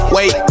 Wait